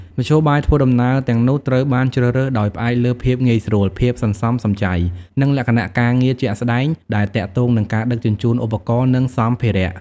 មធ្យោបាយធ្វើដំណើរទាំងនោះត្រូវបានជ្រើសរើសដោយផ្អែកលើភាពងាយស្រួល ភាពសន្សំសំចៃ និងលក្ខណៈការងារជាក់ស្តែងដែលទាក់ទងនឹងការដឹកជញ្ជូនឧបករណ៍និងសម្ភារៈ។